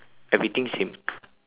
everything same